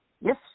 Yes